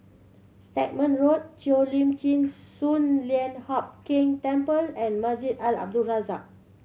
Stagmont Road Cheo Lim Chin Sun Lian Hup Keng Temple and Masjid Al Abdul Razak